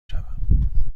شوم